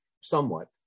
somewhat